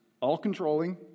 all-controlling